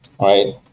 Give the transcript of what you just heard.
right